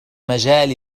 مجال